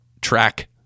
track